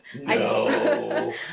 No